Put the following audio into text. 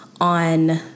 on